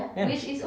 ya